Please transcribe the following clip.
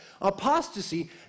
apostasy